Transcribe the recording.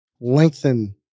lengthen